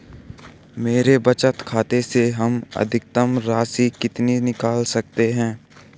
मेरे बचत खाते से हम अधिकतम राशि कितनी निकाल सकते हैं?